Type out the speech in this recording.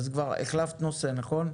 אז כבר החלפת נושא, נכון?